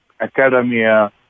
Academia